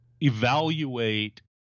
evaluate